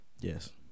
Yes